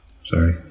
sorry